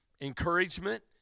encouragement